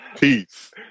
Peace